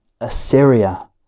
Assyria